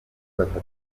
batatu